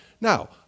Now